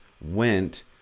went